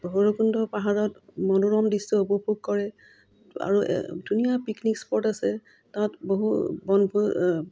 ভৈৰৱকুণ্ড পাহাৰত মনোৰম দৃশি উপভোগ কৰে আৰু ধুনীয়া পিকনিক স্পট আছে তাত বহু বনভোজ